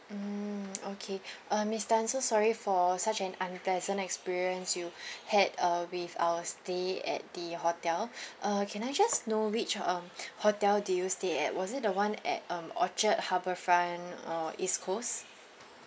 mm okay uh miss tan so sorry for such an unpleasant experience you had uh with our stay at the hotel uh can I just know which um hotel did you stay at was it the [one] at um orchard harbourfront or east coast